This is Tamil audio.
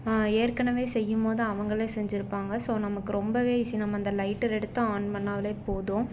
ஏற்கனவே செய்யும்போது அவங்களே செஞ்சுருப்பாங்க ஸோ நமக்கு ரொம்பவே ஈஸி நம்ம அந்த லைட்டர் எடுத்து ஆன் பண்ணிணாலே போதும்